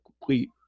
complete